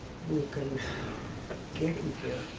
we can get him here.